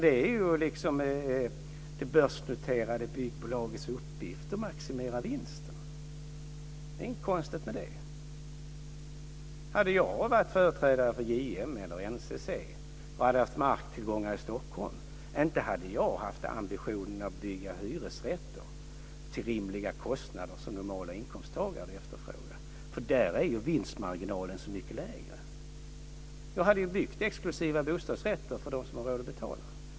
Det är det börsnoterade byggbolagets uppgift att maximera vinsten. Det är inget konstigt med det. Hade jag varit företrädare för JM eller NCC och hade haft marktillgångar i Stockholm hade jag inte haft ambitionen att bygga hyresrätter till rimliga kostnader som normalinkomsttagare hade efterfrågat, för där är vinstmarginalen så mycket lägre. Jag hade byggt exklusiva bostadsrätter för dem som har råd att betala.